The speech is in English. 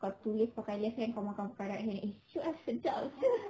kau tulis pakai left hand kau makan pakai right hand eh [siol] ah sedap sia